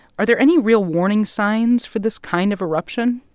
are there any real warning signs for this kind of eruption?